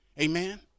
Amen